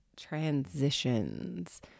Transitions